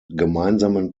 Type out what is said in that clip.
gemeinsamen